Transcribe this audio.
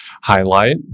highlight